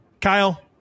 Kyle